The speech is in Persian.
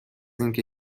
اینکه